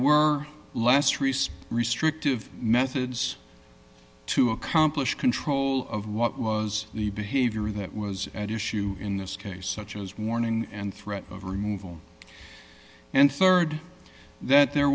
resort restrictive methods to accomplish control of what was the behavior that was at issue in this case such as warning and threat of removal and rd that there